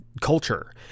culture